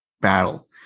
battle